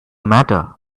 matter